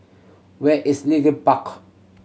where is bark